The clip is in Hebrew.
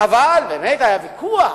אבל באמת היה ויכוח.